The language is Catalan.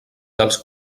dels